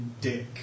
dick